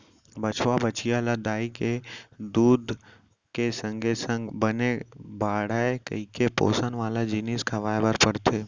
बछवा, बछिया ल दाई के दूद के संगे संग बने बाढ़य कइके पोसन वाला जिनिस खवाए बर परथे